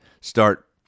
start